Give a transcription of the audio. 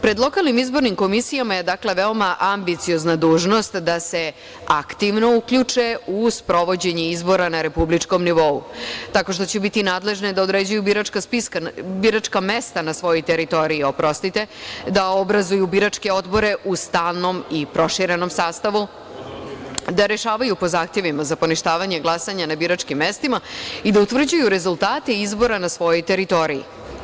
Pred lokalnim izbornim komisijama je veoma ambiciozna dužnost da se aktivno uključe u sprovođenje izbora na republičkom nivou, tako što će biti nadležne da određuju biračka mesta na svojoj teritoriji, da obrazuju biračke odbore u stalnom i proširenom sastavu, da rešavaju po zahtevima za poništavanje glasanja na biračkim mestima i da utvrđuju rezultate izbora na svojoj teritoriji.